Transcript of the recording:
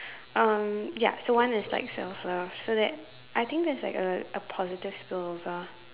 um ya so one is like self love so that I think that's like a a positive spillover